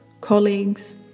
colleagues